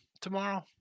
tomorrow